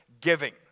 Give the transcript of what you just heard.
giving